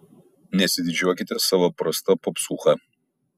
nesididžiuokite savo prasta popsūcha